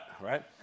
right